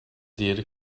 diğeri